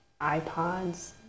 iPods